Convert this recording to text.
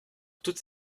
toutes